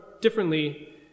differently